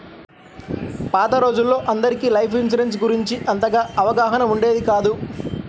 పాత రోజుల్లో అందరికీ లైఫ్ ఇన్సూరెన్స్ గురించి అంతగా అవగాహన ఉండేది కాదు